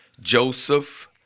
Joseph